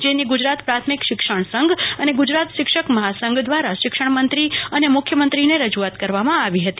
જેને ગુજરાત પ્રાથમિક શિક્ષણ સંધ અને ગુજરાત શિક્ષક મહાસંધ દ્વારા શિક્ષણ મંત્રી અને મુખ્યમંત્રીને રજૂઆત કરવામાં આવી હતી